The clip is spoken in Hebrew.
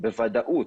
בוודאות